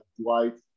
Dwight